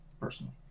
Personally